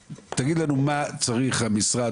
תגיד לנו מה המשרד צריך.